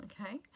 okay